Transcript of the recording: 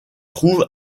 trouve